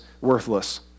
worthless